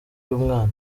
y’umwana